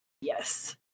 Yes